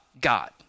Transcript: God